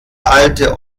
alte